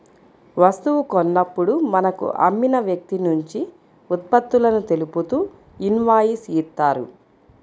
వస్తువు కొన్నప్పుడు మనకు అమ్మిన వ్యక్తినుంచి ఉత్పత్తులను తెలుపుతూ ఇన్వాయిస్ ఇత్తారు